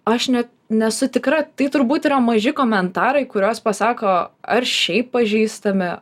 aš ne nesu tikra tai turbūt yra maži komentarai kuriuos pasako ar šiaip pažįstami